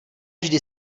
vždy